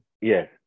Yes